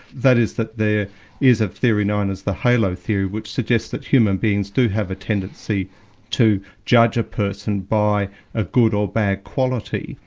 that is that there is a theory known as the halo theory, which suggests that human beings do have a tendency to judge a person by a good or bad quality,